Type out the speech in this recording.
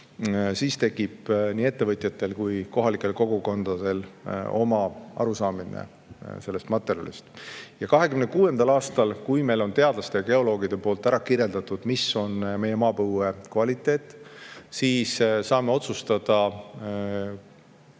Siis tekib nii ettevõtjatel kui ka kohalikel kogukondadel oma arusaamine sellest materjalist. Ja 2026. aastal, kui meie teadlased ja geoloogid on ära kirjeldanud, mis on meie maapõue kvaliteet, siis saame valitsuses,